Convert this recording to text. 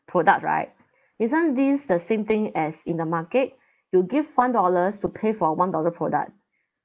product right isn't this the same thing as in the market you give one dollars to pay for one dollar product